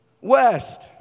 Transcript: West